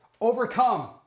Overcome